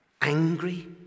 angry